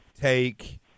take